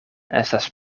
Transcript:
estas